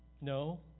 No